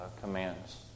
commands